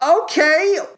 Okay